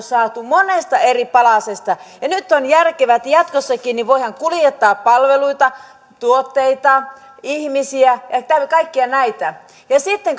saatu monesta eri palasesta ja nyt on järkevää että jatkossakin voidaan kuljettaa palveluita tuotteita ihmisiä kaikkia näitä sitten